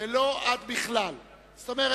נגד דב חנין, בעד יואל חסון,